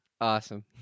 Awesome